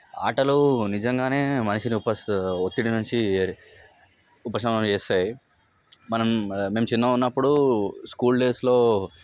ఆటలు నిజంగా మనిషి లో ఫస్ట్ ఒత్తిడి నుంచి ఉపశమనం చేస్తాయి మనం మేము చిన్నగా ఉన్నపుడు స్కూల్ డేస్లో